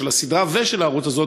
של הסדרה ושל הערוץ הזה,